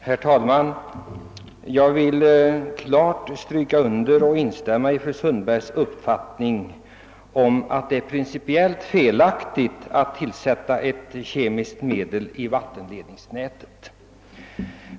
Herr talman! Jag vill instämma i och kraftigt understryka fru Sundbergs uppfattning att det är principiellt felaktigt att tillsätta ett kemiskt medel i vattenledningsnätet.